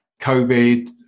covid